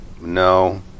No